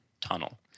tunnel